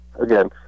again